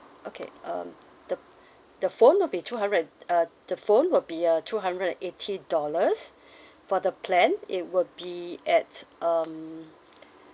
okay um the the phone will be two hundred and uh the phone will be uh two hundred and eighty dollars for the plan it will be at um